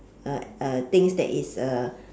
uh uh things that is uh